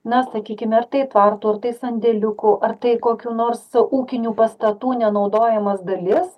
na sakykim ar tai tvartų ar tai sandėliukų ar tai kokių nors ūkinių pastatų nenaudojamas dalis